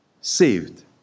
saved